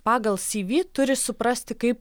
pagal cv turi suprasti kaip